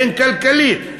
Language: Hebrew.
הן כלכלית,